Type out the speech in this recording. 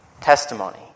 testimony